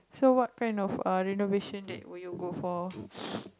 so what kind of renovation that would you go for